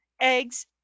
eggs